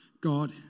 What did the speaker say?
God